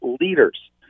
leaders